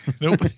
nope